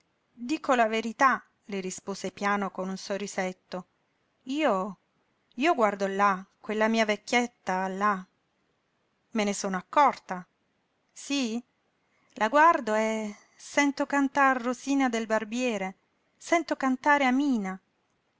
dico la verità le rispose piano con un sorrisetto io io guardo là quella mia vecchietta là me ne sono accorta sí la guardo e sento cantar rosina del barbiere sento cantare amina